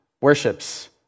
worships